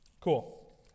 Cool